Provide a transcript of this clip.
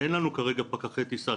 אין לנו כרגע פקחי טיסה,